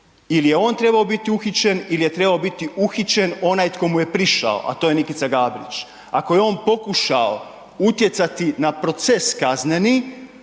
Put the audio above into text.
Ili je on trebao biti uhićen ili je trebao biti uhićen onaj tko mu je prišao, a to je Nikica Gabrić. Ako je on pokušao utjecati na proces kazneni,